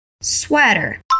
sweater